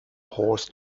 horse